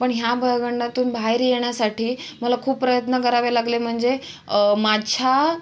पण ह्या भयगंडातून बाहेर येण्यासाठी मला खूप प्रयत्न करावे लागले म्हणजे माझ्या